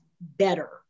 better